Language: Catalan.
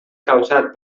causat